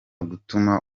gutuma